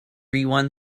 rewind